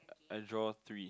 but I draw three